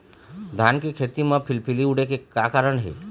धान के खेती म फिलफिली उड़े के का कारण हे?